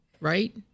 right